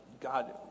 God